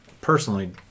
personally